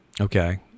Okay